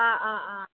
অঁ অঁ অঁ